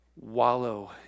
wallow